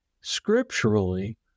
scripturally